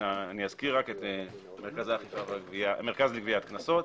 אזכיר רק את המרכז לגביית קנסות,